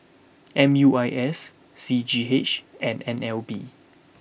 M U I S C G H and N L B